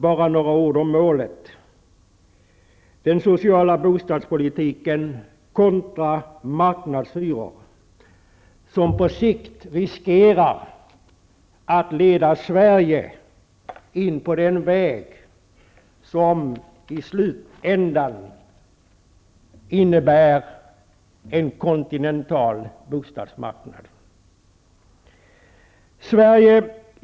Bara några ord om målet: den sociala bostadspolitiken kontra marknadshyrorna, som på sikt riskerar att leda Sverige in på den väg som i slutändan innebär en kontinental bostadsmarknad.